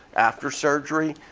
after surgery.